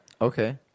Okay